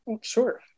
sure